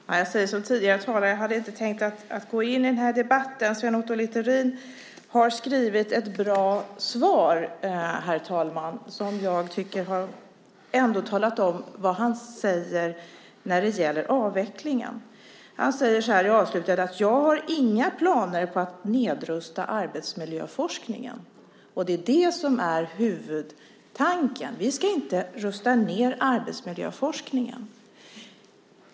Herr talman! Jag säger som tidigare talare att jag inte hade tänkt att gå in i debatten. Sven Otto Littorin gav ett bra svar, herr talman, där han talade om vad han tycker om avvecklingen. Han sade: "Jag har inga planer på att nedrusta arbetsmiljöforskningen!" Det är det som är huvudtanken. Vi ska inte rusta ned arbetsmiljöforskningen.